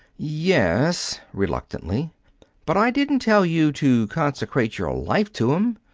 yes, reluctantly but i didn't tell you to consecrate your life to em.